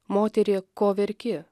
moterie ko verki